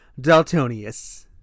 Daltonius